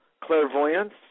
clairvoyance